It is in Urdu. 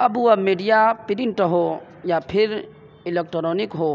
اب وہ میڈیا پرنٹ ہو یا پھر الیکٹرانک ہو